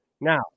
now